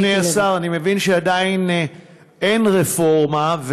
אדוני השר, אני מבין שעדיין אין רפורמה.